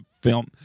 film